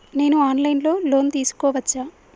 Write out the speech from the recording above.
నేను online లో loan తీసుకోవచ్చా?